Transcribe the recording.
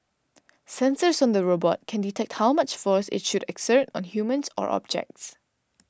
sensors on the robot can detect how much force it should exert on humans or objects